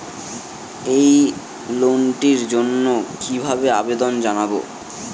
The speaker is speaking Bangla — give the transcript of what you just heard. এই লোনটির জন্য কিভাবে আবেদন জানাবো?